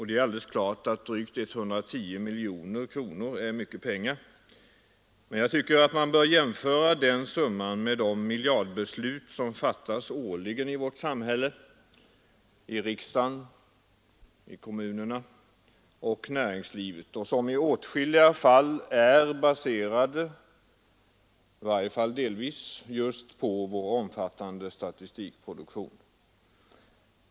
Det är alldeles klart att drygt 110 miljoner kronor är mycket pengar, men då bör man jämföra den summan med de miljardbeslut som fattas årligen i vårt samhälle — i riksdagen, i kommunerna och i näringslivet — och som i åtskilliga fall åtminstone delvis är baserade just på vår omfattande statistikproduktion.